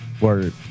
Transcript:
word